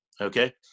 okay